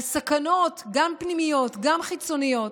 על סכנות, גם פנימיות, גם חיצוניות.